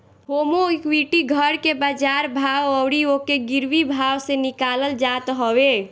होमे equity घर के बाजार भाव अउरी ओके गिरवी भाव से निकालल जात हवे